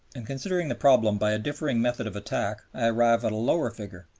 and considering the problem by a different method of attack i arrive at a lower figure.